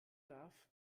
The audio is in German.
darf